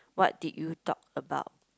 what did you talk about